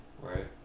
Right